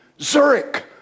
Zurich